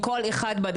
כולנו נולדנו שונים,